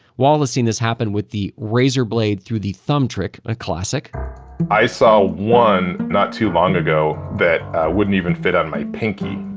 wahl has seen this happen with the razor blade through the thumb trick a classic i saw one, not too long ago that wouldn't even fit on my pinky,